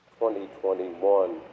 2021